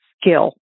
skill